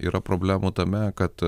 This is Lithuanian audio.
yra problemų tame kad